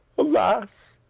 alas!